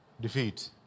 defeat